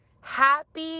happy